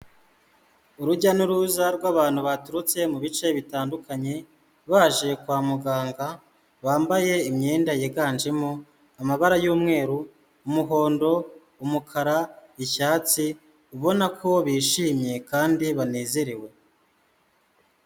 Urujya n'uruza rw'abantu baturutse mu bice bitandukanye, baje kwa muganga bambaye imyenda yiganjemo amabara y'umweru, umuhondo, umukara, icyatsi, ubona ko bishimye kandi banezerewe.